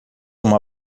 uma